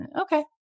Okay